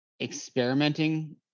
experimenting